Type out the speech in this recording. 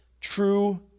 true